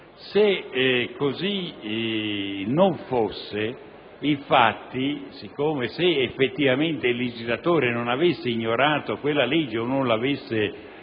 Se così non fosse, infatti, se effettivamente il legislatore non avesse ignorato quella legge o non l'avesse